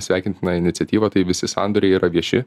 sveikintina iniciatyva tai visi sandoriai yra vieši